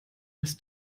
als